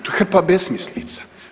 To je hrpa besmislica.